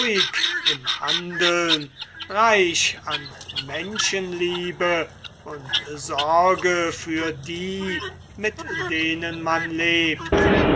im handeln reich an menschenliebe und sorge für die mit denen man lebt